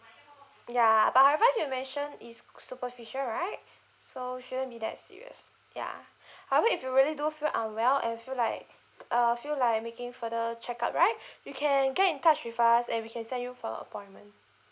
ya but however you mentioned is superficial right so shouldn't be that serious ya however if you really do feel unwell and feel like uh feel like making further check-up right you can get in touch with us and we can send you for appointment